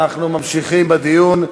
אנחנו ממשיכים בדיון.